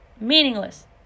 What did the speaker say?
meaningless